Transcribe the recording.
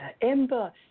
Ember